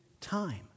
time